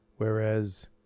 Whereas